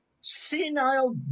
Senile